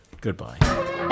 goodbye